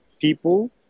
people